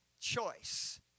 Choice